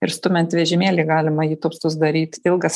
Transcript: ir stumiant vežimėlį galima įtūpstus daryt ilgas